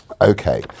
Okay